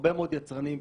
הרבה מאוד יצרנים קטנים,